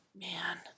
Man